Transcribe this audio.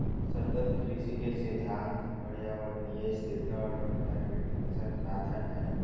सतत कृषि के सिद्धांत पर्यावरणीय स्थिरता और प्राकृतिक संसाधन हइ